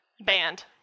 Band